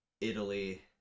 Italy